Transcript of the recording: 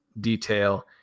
detail